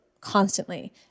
constantly